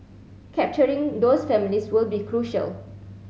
capturing those families will be crucial